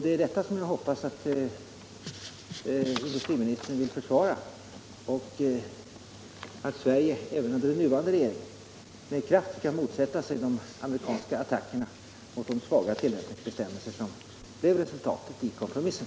Det är detta som jag hoppas att industriministern vill försvara — liksom även att Sverige under den nuvarande regeringen med kraft skall motsätta sig de amerikanska attackerna mot de svaga tillämpningsbestämmelser som blev resultatet av kompromissen.